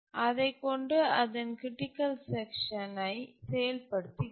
அதைக்கொண்டு அதன் critical section யை செயல்படுத்துகிறது